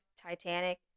Titanic